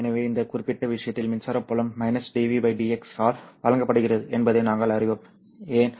எனவே இந்த குறிப்பிட்ட விஷயத்தில் மின்சார புலம் -dv dx ஆல் வழங்கப்படுகிறது என்பதையும் நாங்கள் அறிவோம் ஏன்